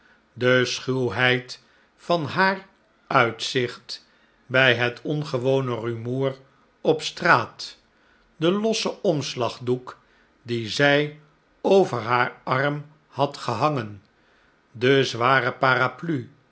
de schuwheid van haar uitzicht bij het ongewone rumoer op straat de losse omslagdoek dien zij over haar arm had gehangen de zware paraplu